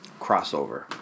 Crossover